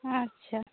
ᱟᱪᱪᱷᱟ ᱚ